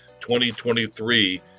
2023